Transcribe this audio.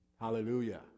Hallelujah